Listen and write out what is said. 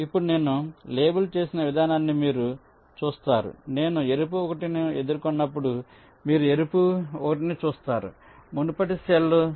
ఇప్పుడు నేను లేబుల్ చేసిన విధానాన్ని మీరు చూస్తారు నేను ఎరుపు 1 ను ఎదుర్కొన్నప్పుడు మీరు ఎరుపు 1 ను చూస్తారు మునుపటి సెల్ 0